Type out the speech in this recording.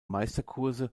meisterkurse